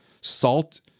Salt